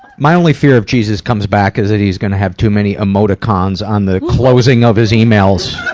my only fear of jesus comes back is that he's going to have too many emoticons on the closing of his emails.